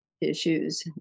issues